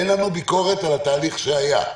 אין לנו ביקורת על התהליך שהיה.